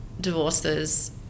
divorces